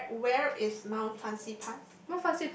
where where is mile fancy pun